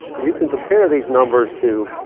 you can compare these numbers to